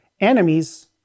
Enemies